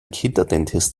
kinderdentist